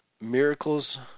miracles